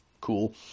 cool